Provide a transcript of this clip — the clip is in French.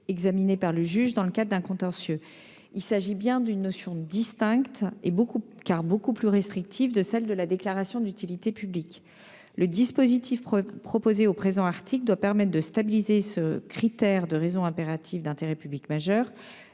examinée par le juge dans le cadre d'un contentieux. Il s'agit bien d'une notion distincte, nettement plus restrictive, de celle de déclaration d'utilité publique. Le dispositif proposé dans cet article doit permettre de stabiliser le critère de raison impérative d'intérêt public majeur,